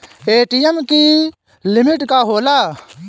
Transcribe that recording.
ATM की limit का होला?